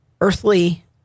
earthly